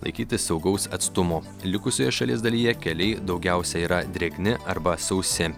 laikytis saugaus atstumo likusioje šalies dalyje keliai daugiausia yra drėgni arba sausi